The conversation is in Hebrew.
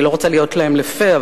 אני לא רוצה להיות להם לפה,